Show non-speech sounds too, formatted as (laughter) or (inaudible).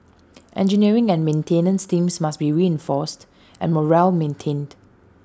(noise) engineering and maintenance teams must be reinforced and morale maintained